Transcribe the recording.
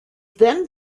then